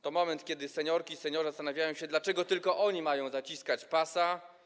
To moment, kiedy seniorki i seniorzy zastanawiają się, dlaczego tylko oni mają zaciskać pasa.